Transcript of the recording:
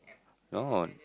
no